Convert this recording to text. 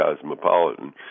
cosmopolitan